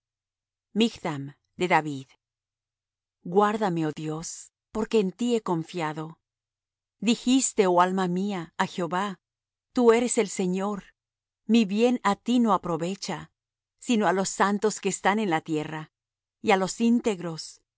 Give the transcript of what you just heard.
siempre michtham de david guardame oh dios porque en ti he confiado dijiste oh alma mía á jehová tú eres el señor mi bien á ti no aprovecha sino á los santos que están en la tierra y á los íntegros